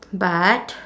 but